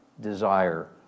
desire